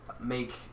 make